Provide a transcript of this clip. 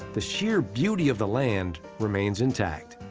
the sheer beauty of the land remains intact.